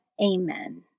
Amen